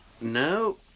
No